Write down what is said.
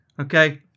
Okay